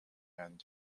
and